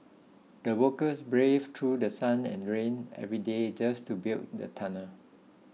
the workers braved through The Sun and rain every day just to build the tunnel